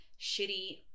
shitty